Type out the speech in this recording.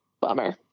Bummer